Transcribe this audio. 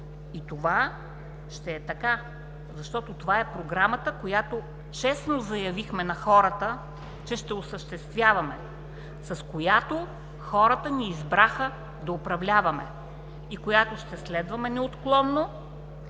И това ще е така, защото това е програмата, която честно заявихме на хората, че ще осъществяваме, с която хората ни избраха да управляваме и която ще следваме неотклонно.